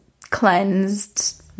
cleansed